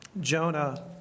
Jonah